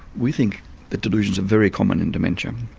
we think that delusions are very common in dementia.